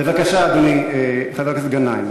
בבקשה, אדוני, חבר הכנסת גנאים.